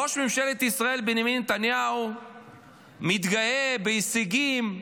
ראש ממשלת ישראל בנימין נתניהו מתגאה בהישגים.